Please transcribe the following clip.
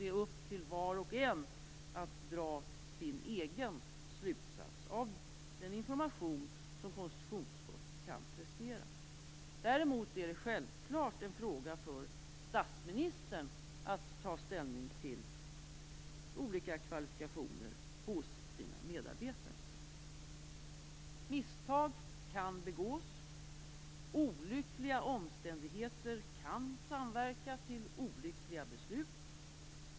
Det är upp till var och en att dra sin egen slutsats av den information som konstitutionsutskottet kan prestera. Däremot är det självklart en fråga för statsministern, att ta ställning till olika kvalifikationer hos sina statsråd. Misstag kan begås. Olyckliga omständigheter kan samverka till olyckliga beslut.